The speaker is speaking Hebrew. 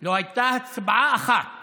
לא הייתה הצבעה אחת